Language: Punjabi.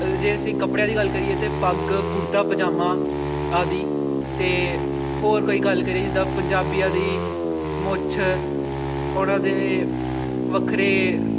ਜੇ ਅਸੀਂ ਕੱਪੜਿਆਂ ਦੀ ਗੱਲ ਕਰੀਏ ਤਾਂ ਪੱਗ ਕੁੜਤਾ ਪਜਾਮਾ ਆਦਿ ਅਤੇ ਹੋਰ ਕੋਈ ਗੱਲ ਕਰੀਏ ਜਿੱਦਾਂ ਪੰਜਾਬੀਆਂ ਦੀ ਮੁੱਛ ਉਹਨਾਂ ਦੇ ਵੱਖਰੇ